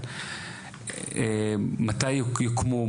מתי יוקמו?